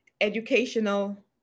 Educational